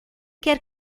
quer